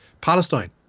Palestine